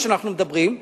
מה שאנחנו מדברים,